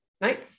right